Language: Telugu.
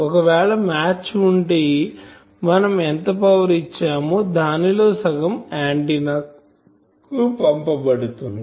ఒకవేళ మ్యాచ్ ఉంటే మనం ఎంత పవర్ ఇచ్చామో దానిలో సగం ఆంటిన్నా కి పంపబడుతుంది